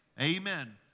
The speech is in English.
Amen